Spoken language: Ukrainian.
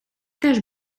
теж